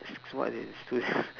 so so what's is it